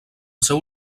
seu